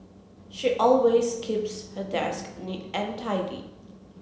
she always keeps her desk neat and tidy